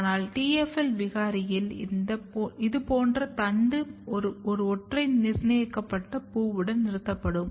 ஆனால் TFL விகாரியில் இந்த போன்ற தண்டு ஒரு ஒற்றை நிர்ணயிக்கப்பட்ட பூவுடன் நிறுத்தப்படும்